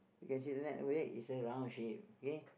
you can the net over there is a round shape okay